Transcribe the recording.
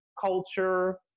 culture